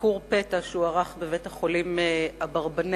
בביקור פתע שהוא ערך בבית-החולים "אברבנאל",